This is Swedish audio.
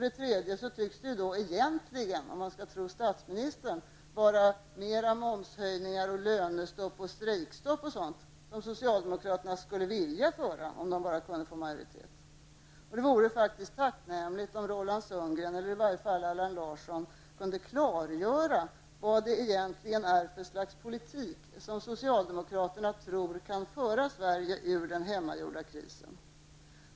Vidare tycks det egentligen, om man skall tro statsministern, vara fler momshöjningar, strejkstopp, lönestopp och sådant som socialdemokraterna skulle vilja genomföra om de bara kunde få majoritet. Det vore faktiskt tacknämligt om Roland Sundgren eller i varje fall Allan Larsson kunde klargöra vad för slags politik det egentligen är som socialdemokraterna tror kan föra Sverige ur den hemmagjorda krisen.